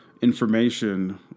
information